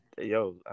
Yo